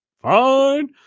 fine